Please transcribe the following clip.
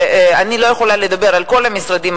ואני לא יכולה לדבר על כל המשרדים,